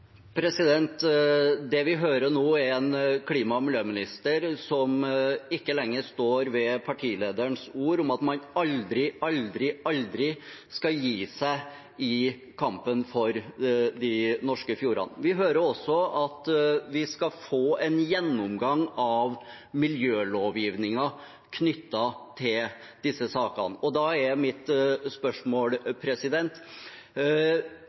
Det vi hører nå, er en klima- og miljøminister som ikke lenger står ved partilederens ord om at man «aldri, aldri, aldri» skal gi seg i kampen for de norske fjordene. Vi hører også at vi skal få en gjennomgang av miljølovgivningen knyttet til disse sakene.